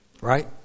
right